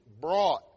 brought